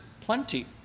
plenty